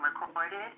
recorded